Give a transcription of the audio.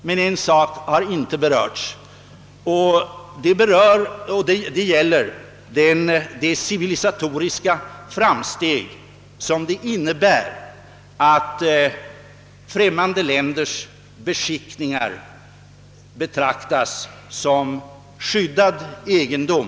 Den andra saken, som inte har berörts, är de civilisatoriska framsteg det innebär att främmande länders beskickningar betraktas som skyddad egendom.